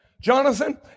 Jonathan